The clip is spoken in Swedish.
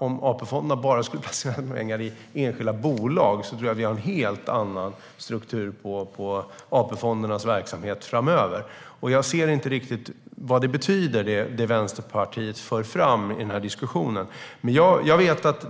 Om AP-fonderna bara skulle placera pengar i enskilda bolag skulle vi få en helt annan struktur på AP-fondernas verksamhet framöver. Jag ser inte riktigt vad det betyder det Vänsterpartiet för fram i diskussionen.